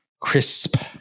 crisp